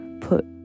put